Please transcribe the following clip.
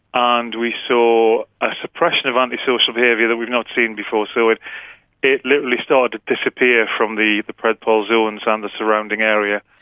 ah and we saw a suppression of antisocial behaviour that we've not seen before. so it it literally started to disappear from the the predpol zones and the surrounding area.